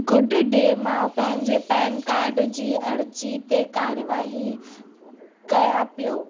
good day मां पंहिंजे PAN card जी अर्जी ते कारवाही कयां पियो